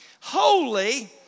holy